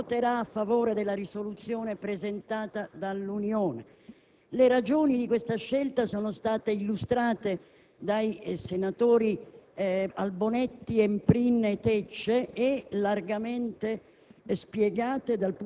Mi accingo a concludere, signor Presidente, con una considerazione. Non solo vogliamo una famiglia che si declina eticamente dal punto di vista dei diritti civili, ma anche una famiglia a cui si riconoscano diritti sociali ed economici precisi.